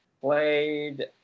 played